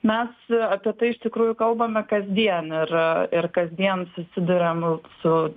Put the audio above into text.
mes apie tai iš tikrųjų kalbame kasdien ir ir kasdien susiduriam su